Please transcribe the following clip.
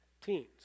teens